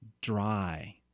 dry